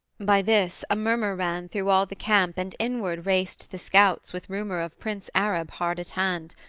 by this a murmur ran through all the camp and inward raced the scouts with rumour of prince arab hard at hand.